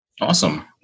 Awesome